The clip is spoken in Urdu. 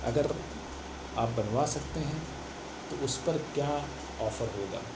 اگر آپ بنوا سکتے ہیں تو اس پر کیا آفر ہوگا